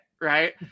Right